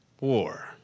war